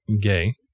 gay